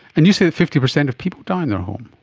and you say fifty percent of people die in their home.